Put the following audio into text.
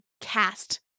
cast